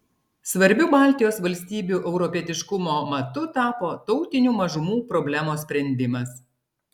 svarbiu baltijos valstybių europietiškumo matu tapo tautinių mažumų problemos sprendimas